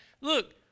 Look